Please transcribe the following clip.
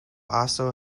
also